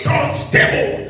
unstable